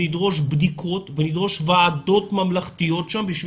נדרוש בדיקות ונדרוש ועדות ממלכתיות בשביל